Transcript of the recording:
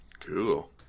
Cool